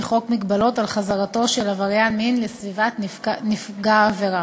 חוק מגבלות על חזרתו של עבריין מין לסביבת נפגע העבירה).